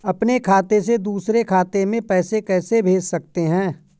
अपने खाते से दूसरे खाते में पैसे कैसे भेज सकते हैं?